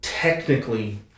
technically